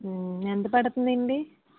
ఎంత పడుతుంది అండి